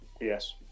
Yes